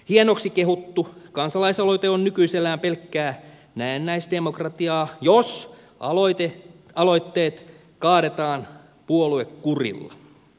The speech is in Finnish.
hienoksi kehuttu kansalaisaloite on nykyisellään pelkkää näennäisdemokratiaa jos aloitteet kaadetaan puoluekurilla